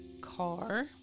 car